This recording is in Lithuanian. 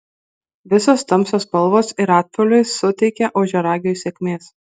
visos tamsios spalvos ir atspalviai suteikia ožiaragiui sėkmės